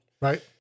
Right